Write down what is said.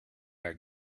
our